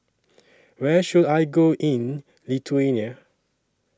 Where should I Go in Lithuania